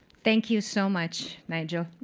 thank you so much, nigel.